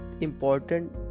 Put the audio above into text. important